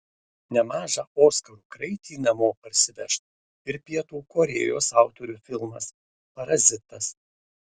nemažą oskarų kraitį namo parsiveš ir pietų korėjos autorių filmas parazitas